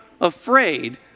afraid